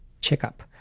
checkup